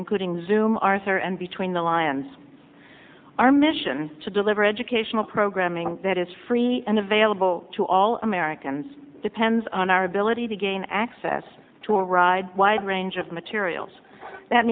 including zoom arthur and between the lines our mission to deliver educational programming that is free and available to all americans depends on our ability to gain access to a ride wide range of materials that